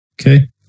Okay